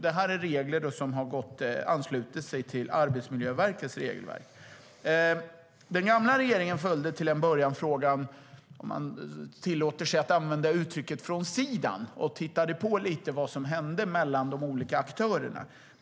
Det är regler som har anslutit sig till Arbetsmiljöverkets regelverk. Den gamla regeringen följde till en början frågan "från sidan", om uttrycket tillåts, och tittade på lite vad som hände mellan de olika aktörerna.